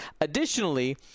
Additionally